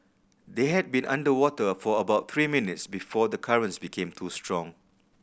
they had been underwater for about three minutes before the currents became too strong